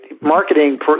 Marketing